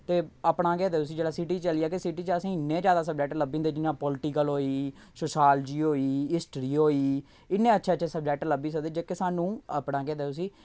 ते अपना केह् आखदे उस्सी जेल्लै सिटी च चली जाग्गै सिटी च असेंगी इन्ने जैदा सब्जैक्ट लब्भी जंदे जि'यां पोलिटिकल होई सोशियोलाजी होई हिस्ट्री होई इन्ने अच्छे अच्छे सब्जैक्ट लब्भी सकदे जेह्के असेंगी अपना केह् आखदे उस्सी